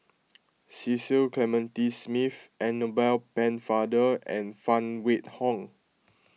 Cecil Clementi Smith Annabel Pennefather and Phan Wait Hong